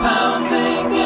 Pounding